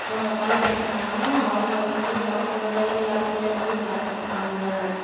மற்றவுங்க காயப்படுத்துனாங்கனா அவங்களுக்கு அவங்க வேறு யார் மூலியுமாவது காயப்பட்டுப்பாங்க